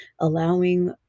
allowing